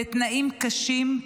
בתנאים קשים,